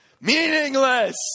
meaningless